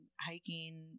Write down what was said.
hiking